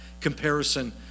comparison